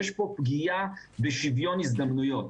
היא שיש פה פגיעה בשוויון הזדמנויות.